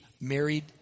married